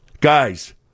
Guys